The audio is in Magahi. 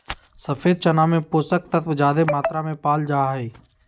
सफ़ेद चना में पोषक तत्व ज्यादे मात्रा में पाल जा हइ